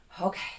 okay